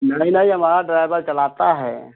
नहीं नहीं हमारा ड्राइवर चलाता है